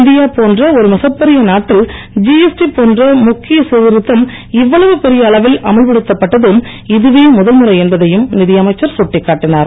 India போன்ற ஒரு மிக பெரிய நாட்டில் ஜிஎஸ்டி போன்ற முக்கிய சிர்திருத்தம் இவ்வளவு பெரிய அளவில் அமல்படுத்தப்பட்டது இதுவே முதல்முறை என்பதையும் நிதியமைச்சர் கட்டிக்காட்டினார்